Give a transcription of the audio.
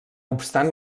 obstant